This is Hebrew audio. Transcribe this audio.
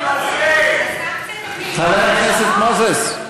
חבר הכנסת מוזס,